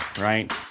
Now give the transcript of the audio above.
right